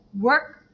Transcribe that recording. work